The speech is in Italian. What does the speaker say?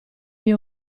mie